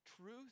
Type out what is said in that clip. truth